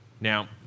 Now